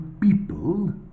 people